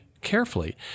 carefully